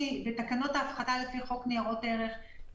בתקנות ההפחתה לפי חוק ניירות ערך,